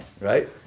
Right